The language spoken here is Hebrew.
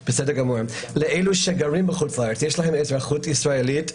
אלו שגרים בחוץ לארץ ויש לה אזרחות ישראלית,